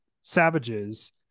savages